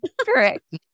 Correct